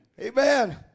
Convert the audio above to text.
Amen